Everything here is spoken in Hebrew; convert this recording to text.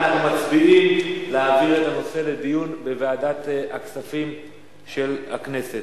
אנחנו מצביעים על העברת הנושא לדיון בוועדת הכספים של הכנסת.